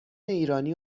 ایرانی